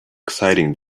exciting